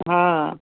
हा